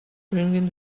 drinking